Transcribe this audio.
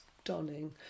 stunning